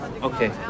Okay